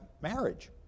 marriage